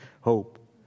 hope